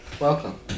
Welcome